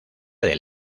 del